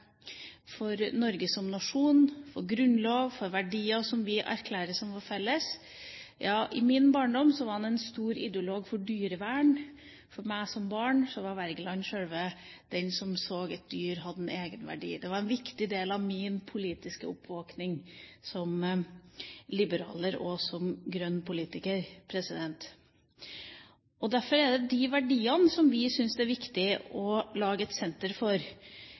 Norge som nasjon, for vår grunnlov, for verdier som vi erklærer som felles. Ja, i min barndom var han en stor ideolog for dyrevern. For meg som barn var Wergeland den som så at dyr hadde en egenverdi. Det var en viktig del av min politiske oppvåkning som liberaler og som grønn politiker. Det er de verdiene vi syns det er viktig å lage et senter for.